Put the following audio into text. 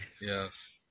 Yes